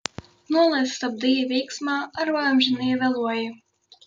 nuolat stabdai veiksmą arba amžinai vėluoji